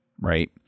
right